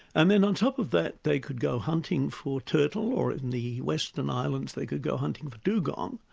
and then on top of that they could go hunting for turtle or in the western islands, they could go hunting for dugong.